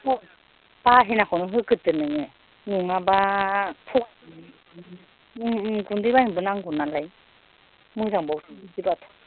बाहेनाखौनो होग्रोदो नोङो नङाबा गुन्दै बायनोबो नांगौ नालाय मोजांबावसो बिदिबाथ'